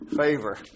favor